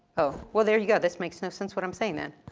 oh. well, there you go, this makes no sense what i'm saying then.